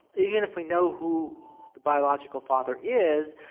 even if we know who the biological father is,